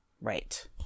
Right